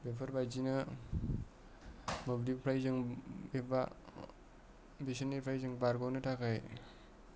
बेफोरबायदिनो मोब्लिबनिफ्राय जों एबा बिसोरनिफ्राय जों बारग'नो थाखाय